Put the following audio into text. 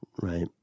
right